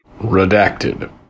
Redacted